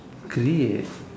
create